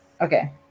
Okay